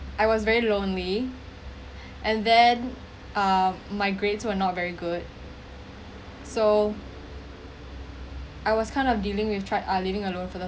I was very lonely and then uh my grades were not very good so I was kind of dealing with tried ah living alone for the